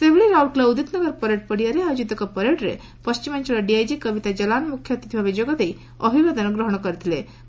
ସେହିଭଳି ରାଉର୍କେଲା ଉଦିତ୍ନଗର ପରେଡ୍ ପଡ଼ିଆରେ ଆୟୋକିତ ଏକ ପ୍ୟାରେଡ୍ରେ ପଣିମାଞ୍ଚଳ ଡିଆଇଜି କବିତା ଜଲାନ୍ ମୁଖ୍ୟ ଅତିଥି ଭାବେ ଯୋଗଦେଇ ଅଭିବାଦନ ଗ୍ରହଣ କରିଥିଳେ